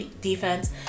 defense